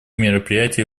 мероприятие